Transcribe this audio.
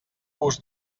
vos